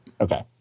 Okay